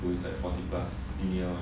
who is like forty plus senior